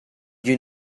you